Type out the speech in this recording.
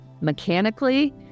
mechanically